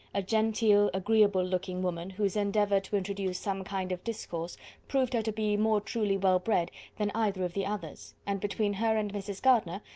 a genteel, agreeable-looking woman, whose endeavour to introduce some kind of discourse proved her to be more truly well-bred than either of the others and between her and mrs. gardiner,